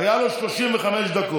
היו לו 35 דקות,